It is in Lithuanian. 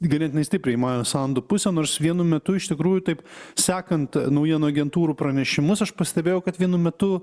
ganėtinai stipriai į majos sandu pusę nors vienu metu iš tikrųjų taip sekant naujienų agentūrų pranešimus aš pastebėjau kad vienu metu